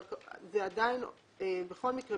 ועדיין בכל מקרה,